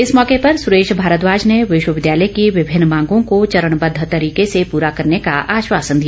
इस मौके पर सुरेश भारद्वाज ने विश्वविद्यालय की विभिन्न मांगों को चरणबद्व तरीके से पूरा करने का आश्वासन दिया